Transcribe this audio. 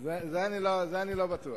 בזה אני לא בטוח.